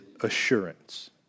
assurance